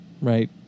right